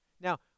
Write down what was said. Now